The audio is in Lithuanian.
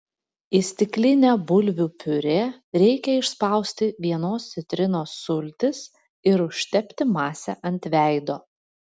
į stiklinę bulvių piurė reikia išspausti vienos citrinos sultis ir užtepti masę ant veido